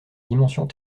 dimensions